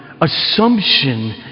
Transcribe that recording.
assumption